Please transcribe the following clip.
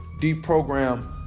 deprogram